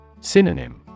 Synonym